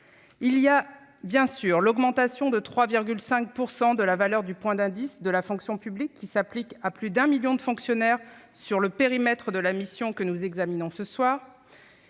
d'abord, l'augmentation de 3,5 % de la valeur du point d'indice de la fonction publique bénéficie à plus d'un million de fonctionnaires dans le périmètre de la mission que nous examinons ce soir.